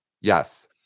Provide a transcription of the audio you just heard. yes